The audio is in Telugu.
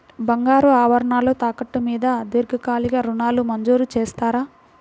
బంగారు ఆభరణాలు తాకట్టు మీద దీర్ఘకాలిక ఋణాలు మంజూరు చేస్తారా?